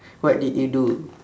what did you do